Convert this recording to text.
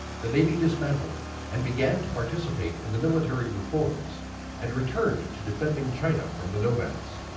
the navy dismantled and began to participate in the military reforms and returned to defending china from the nomads.